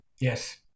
Yes